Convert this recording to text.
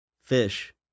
Fish